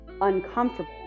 uncomfortable